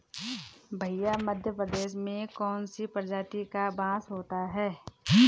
भैया मध्य प्रदेश में कौन सी प्रजाति का बांस होता है?